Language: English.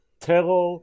terror